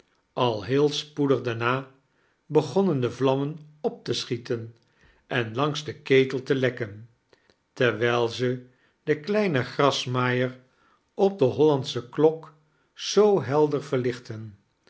al heel spoedig daama begpnnen de vlammen op te schietan en langs den ketel te lekken tea-wijl ze den kleinen grasmaaiea op de hollandsche klok zoo helder varlichtten